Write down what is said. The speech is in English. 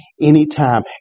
anytime